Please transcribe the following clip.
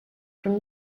from